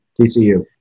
TCU